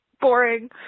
boring